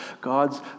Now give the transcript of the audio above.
God's